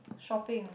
shopping